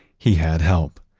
he had help.